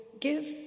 give